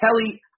Kelly